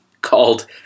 called